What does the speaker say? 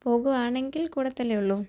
പോകുകയാണെങ്കിൽ കൂടത്തല്ലേ ഉള്ളു